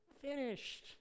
finished